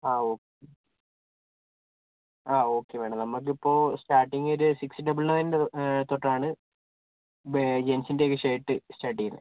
ആ okay ah okay madam നമുക്കിപ്പോൾ starting ഒരു സിക്സ് ഡബിൾ ണയൻ തൊട്ടാണ് ബേഹ് ജെൻറ്റ്സിൻ്റെ ഒക്കെ ഷർട്ട് സ്റ്റാർട്ട് ചെയ്യുന്നത്